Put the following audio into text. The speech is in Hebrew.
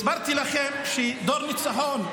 הסברתי לכם ש"דור ניצחון",